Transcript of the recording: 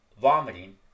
vomiting